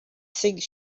six